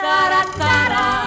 Taratara